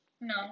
no